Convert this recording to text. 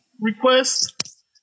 request